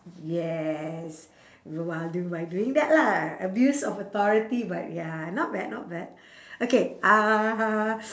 yes while do~ while doing that lah abuse of authority but ya not bad not bad okay uh